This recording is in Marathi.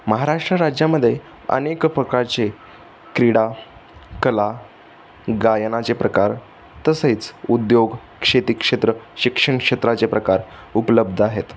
महाराष्ट्र राज्यामध्ये अनेक प्रकारचे क्रीडा कला गायनाचे प्रकार तसेच उद्योग शेती क्षेत्र शिक्षण क्षेत्राचे प्रकार उपलब्ध आहेत